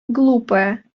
глупая